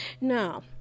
Now